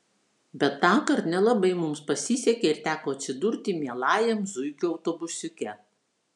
bet tąkart nelabai mums pasisekė ir teko atsidurti mielajam zuikių autobusiuke